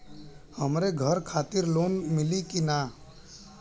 हमरे घर खातिर लोन मिली की ना?